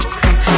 come